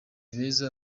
beza